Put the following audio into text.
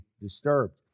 disturbed